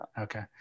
Okay